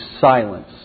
silence